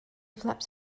flaps